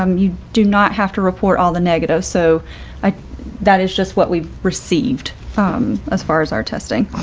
um you do not have to report all the negative. so that is just what we've received. um as far as our testing.